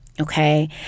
Okay